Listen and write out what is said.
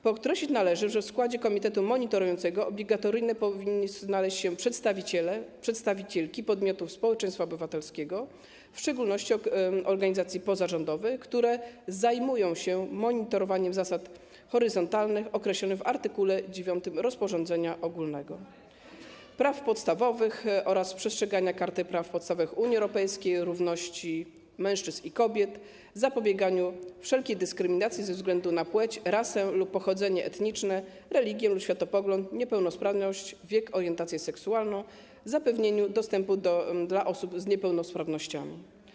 Podkreślić należy, że w składzie komitetu monitorującego obligatoryjnie powinni znaleźć się przedstawiciele, przedstawicielki podmiotów społeczeństwa obywatelskiego, w szczególności organizacji pozarządowych, które zajmują się monitorowaniem zasad horyzontalnych określonych w art. 9 rozporządzenia ogólnego i praw podstawowych oraz przestrzeganiem Karty Praw Podstawowych Unii Europejskiej, równości mężczyzn i kobiet, zapobieganiem wszelkiej dyskryminacji ze względu na płeć, rasę lub pochodzenie etniczne, religię lub światopogląd, niepełnosprawność, wiek lub orientację seksualną, zapewnieniem dostępu dla osób z niepełnosprawnościami.